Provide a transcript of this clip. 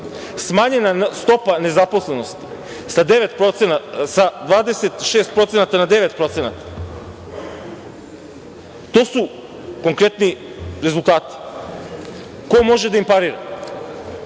smanjena stopa nezaposlenosti sa 26% na 9%. To su konkretni rezultati. Ko može da im parira?